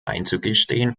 einzugestehen